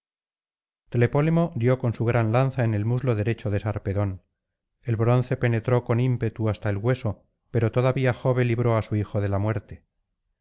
tlepólemo dio con su gran lanza en el muslo derecho de sarpedón el bronce penetró con ímpetu hasta el hueso pero todavía jove libró á su hijo de la muerte